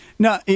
No